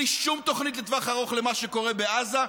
בלי שום תוכנית לטווח ארוך למה שקורה בעזה,